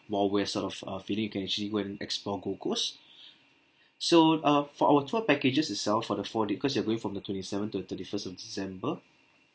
wild west sort of uh feeling you can actually go and explore gold coast so uh for our tour packages itself for the four d~ cause you're going from the twenty seven to the thirty first of december